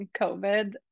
COVID